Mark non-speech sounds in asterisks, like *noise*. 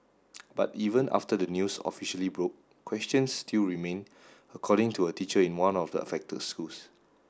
*noise* but even after the news officially broke questions still remain according to a teacher in one of the affected schools